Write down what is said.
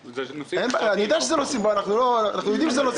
זה נכון בסיטואציות שבהן באה הממשלה ומנסה לקצץ להן תקציבים נדרשים,